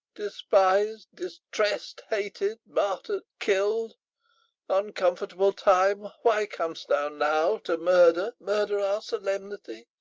despis'd, distressed, hated, martyr'd, kill'd uncomfortable time, why cam'st thou now to murder, murder our solemnity